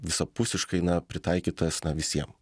visapusiškai na pritaikytas na visiem